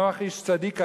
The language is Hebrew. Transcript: נח איש צדיק היה,